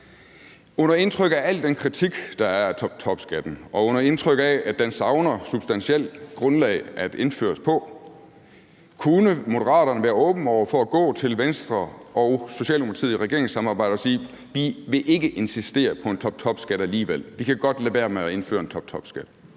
Under indtryk af al den kritik, der er af toptopskatten, og under indtryk af, at den savner substantielt grundlag at indføres på, kunne Moderaterne så være åbne over for at gå til Venstre og Socialdemokratiet i regeringssamarbejdet og sige: Vi vil ikke insistere på en toptopskat alligevel; vi kan godt lade være med at indføre en toptopskat?